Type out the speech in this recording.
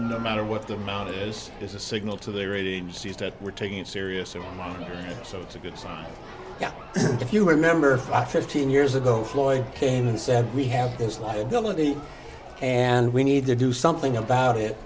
no matter what the amount is is a signal to the rating agencies that we're taking it seriously so it's a good sign if you remember five fifteen years ago floyd came and said we have this liability and we need to do something